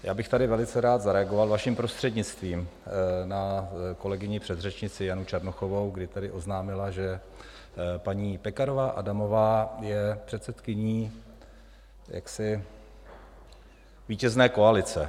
Já bych tady velice rád zareagoval, vaším prostřednictvím, na kolegyni předřečnici Janu Černochovou, kdy tedy oznámila, že paní Pekarová Adamová je předsedkyní vítězné koalice.